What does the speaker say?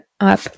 up